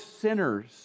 sinners